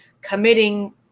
committing